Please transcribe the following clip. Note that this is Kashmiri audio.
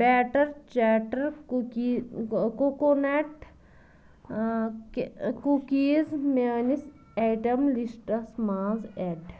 بیٹر چیٹر کُکی کوکونٹ کُکیٖز میٲنِس آیٹم لسٹَس منٛز ایڈ